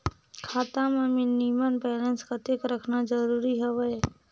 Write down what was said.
खाता मां minimum balance कतेक रखना जरूरी हवय?